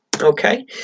Okay